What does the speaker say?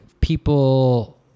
people